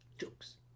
Jokes